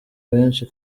benshi